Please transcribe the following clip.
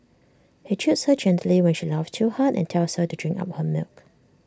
he chides her gently when she laughs too hard and tells her to drink up her milk